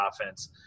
offense